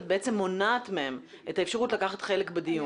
את מונעת מהם את האפשרות לקחת חלק בדיון.